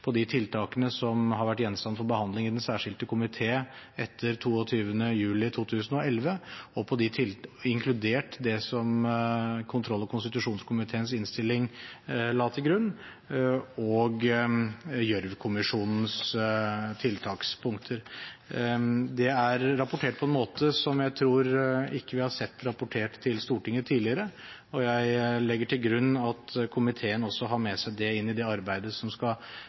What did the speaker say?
på de tiltakene som har vært gjenstand for behandling i den særskilte komité etter 22. juli 2011, inkludert det kontroll- og konstitusjonskomiteens innstilling la til grunn, og Gjørv-kommisjonens tiltakspunkter. Det er rapportert på en måte som jeg tror vi ikke har sett rapportert til Stortinget tidligere, og jeg legger til grunn at komiteen har med seg også dette inn i det arbeidet som skal